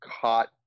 caught